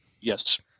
Yes